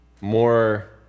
more